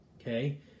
Okay